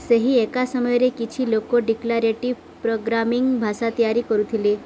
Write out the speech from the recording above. ସେହି ଏକା ସମୟରେ କିଛି ଲୋକ ଡିକ୍ଲାରେଟିଭ୍ ପ୍ରୋଗ୍ରାମିଂ ଭାଷା ତିଆରି କରୁଥିଲେ